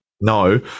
no